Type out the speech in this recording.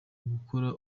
gukora